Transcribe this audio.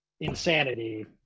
insanity